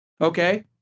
Okay